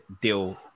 deal